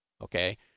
Okay